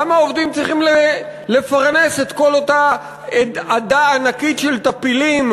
למה העובדים צריכים לפרנס את כל אותה עדה ענקית של טפילים,